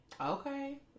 Okay